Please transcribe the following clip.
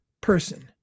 person